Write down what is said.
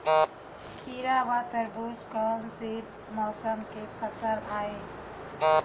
खीरा व तरबुज कोन से मौसम के फसल आवेय?